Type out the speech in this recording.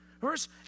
Verse